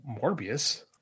Morbius